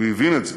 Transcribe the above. הוא הבין את זה